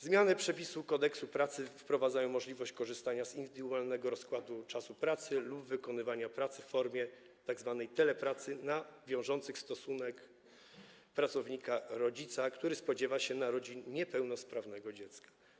Zmiany przepisów Kodeksu pracy wprowadzają możliwość korzystania z indywidualnego rozkładu czasu pracy lub wykonywania pracy w formie tzw. telepracy na wiążący wniosek pracownika - rodzica, który spodziewa się narodzin niepełnosprawnego dziecka.